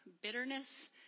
bitterness